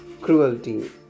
cruelty